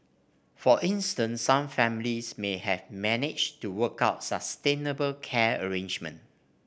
for instance some families may have managed to work out sustainable care arrangement